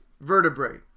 vertebrae